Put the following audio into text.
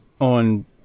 on